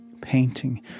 painting